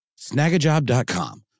Snagajob.com